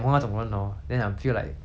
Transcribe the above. ya lor